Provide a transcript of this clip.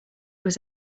was